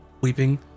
weeping